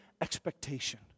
expectation